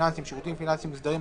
פיננסיים (שירותים פיננסיים מוסדרים),